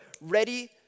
ready